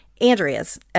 Andrea's